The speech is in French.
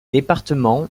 départements